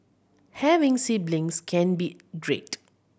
having siblings can be great